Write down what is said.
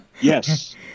Yes